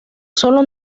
solo